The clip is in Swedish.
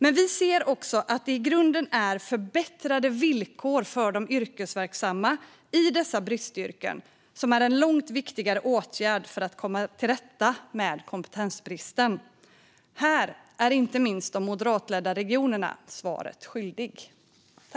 Men vi ser också att det i grunden är förbättrade villkor för de yrkesverksamma i dessa bristyrken som är en långt viktigare åtgärd för att komma till rätta med kompetensbristen. Här är inte minst de moderatledda regionerna svaret skyldiga.